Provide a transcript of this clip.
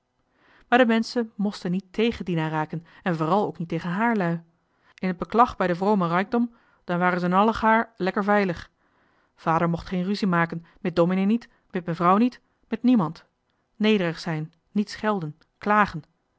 maar de menschen mosten niet tégen dien raken en vooral ook niet tegen haarlui in et beklag bij de vrome raikdom dan waren ze n allegaar lekker veilig vader mocht geen rusie maken mit dominee niet mit mevrouw niet mit niemand nederig zijn niet schelden klagen